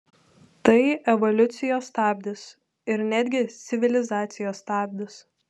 tai evoliucijos stabdis ir netgi civilizacijos stabdis